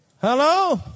hello